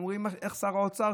אנחנו רואים ששר האוצר,